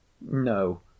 No